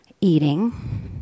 eating